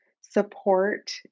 support